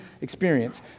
experience